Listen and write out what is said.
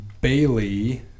Bailey